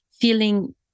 feeling